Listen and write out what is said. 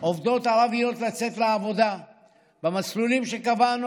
עובדות ערביות לצאת לעבודה במסלולים שקבענו.